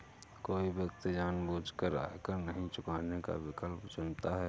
कोई व्यक्ति जानबूझकर आयकर नहीं चुकाने का विकल्प चुनता है